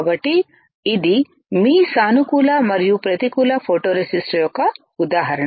కాబట్టి ఇది మీ సానుకూల మరియు ప్రతికూల ఫోటోరేసిస్ట్ యొక్క ఉదాహరణ